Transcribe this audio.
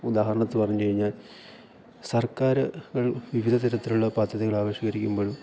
ഉദാഹരണത്തിന് പറഞ്ഞു കഴിഞ്ഞാൽ സർക്കാരുകൾ വിവിധ തരത്തിലുള്ള പദ്ധതികൾ ആവിഷ്കരിക്കുമ്പോഴും